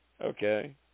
Okay